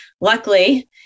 luckily